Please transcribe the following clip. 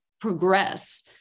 progress